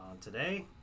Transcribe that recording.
today